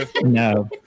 no